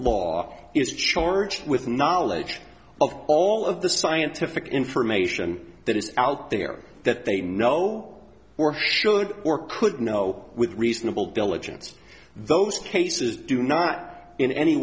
law is charged with knowledge of all of the scientific information that is out there that they know or should or could know with reasonable diligence those cases do not in any